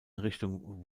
richtung